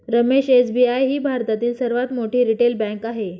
Ramesh SBI ही भारतातील सर्वात मोठी रिटेल बँक आहे